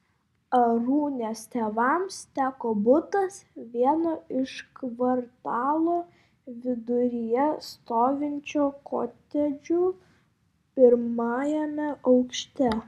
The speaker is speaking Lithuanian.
arūnės tėvams teko butas vieno iš kvartalo viduryje stovinčių kotedžų pirmajame aukšte